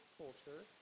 culture